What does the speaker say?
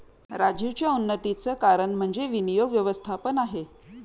राजीवच्या उन्नतीचं कारण म्हणजे विनियोग व्यवस्थापन आहे